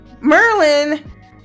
merlin